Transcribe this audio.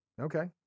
okay